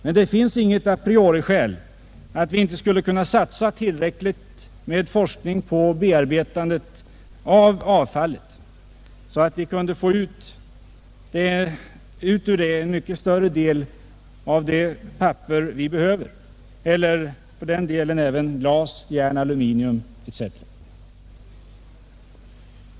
Men det finns inget skäl a priori till att vi inte skulle kunna satsa tillräckligt med forskning på bearbetandet av avfallet, så att vi ur det kunde få ut en mycket större del av det papper vi behöver — eller för den delen även glas, järn, aluminium etc.